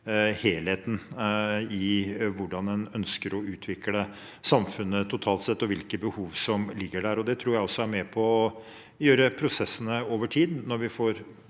helheten i hvordan en ønsker å utvikle samfunnet totalt sett, og hvilke behov som ligger der. Det tror jeg også er med på å gjøre prosessene bedre over tid, når en blir